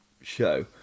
show